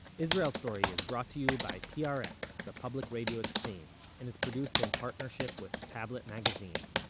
israel story is brought to you by prx the public radio exchange, and is produced in partnership with tablet magazine.